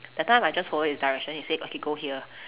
that time I just follow his direction he said okay go here